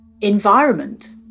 environment